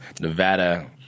Nevada